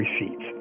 receipts